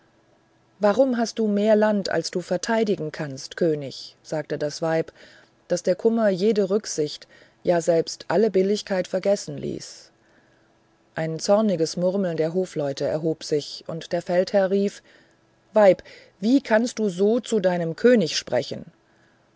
warum hast du mehr land als du verteidigen kannst könig sagte das weib das der kummer jede rücksicht ja selbst alle billigkeit vergessen ließ ein zorniges murmeln der hofleute erhob sich und der feldherr rief weib wie darfst du so zu deinem könig sprechen